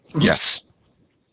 Yes